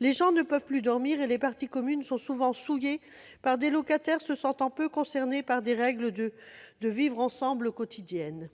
Les gens ne peuvent plus dormir, et les parties communes sont souvent souillées par des locataires qui se sentent peu concernés par les règles de vivre ensemble au quotidien.